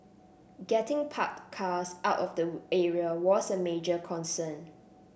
getting parked cars out of the area was a major concern